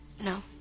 no